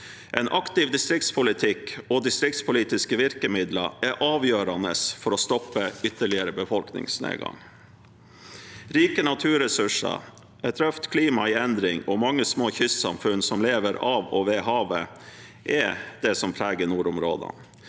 En aktiv distriktspolitikk og distriktspolitiske virkemidler er avgjørende for å stoppe ytterligere befolkningsnedgang. Rike naturressurser, et røft klima i endring og mange små kystsamfunn som lever av og ved havet, er det som preger nordområdene.